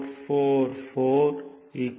444 17